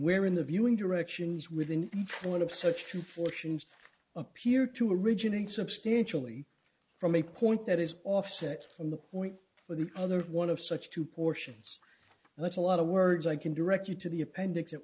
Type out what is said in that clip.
where in the viewing directions within one of such two fortunes appear to originate substantially from a point that is offset from the point where the other one of such two portions let a lot of words i can direct you to the appendix at